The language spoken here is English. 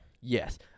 Yes